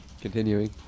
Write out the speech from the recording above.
continuing